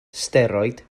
steroid